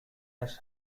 rush